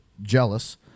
Jealous